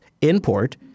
import